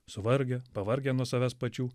suvargę pavargę nuo savęs pačių